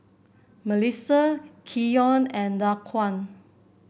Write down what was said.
Mellissa Keon and Daquan